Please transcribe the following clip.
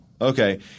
okay